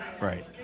Right